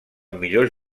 millors